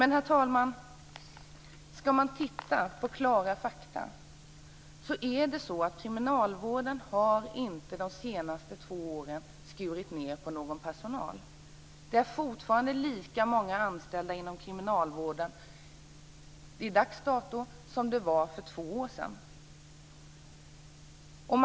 Men, herr talman, ska man titta på klara fakta så har kriminalvården de senaste två åren inte gjort några personalminskningar. Det är fortfarande lika många anställda inom kriminalvården vid dags dato som det var för två år sedan.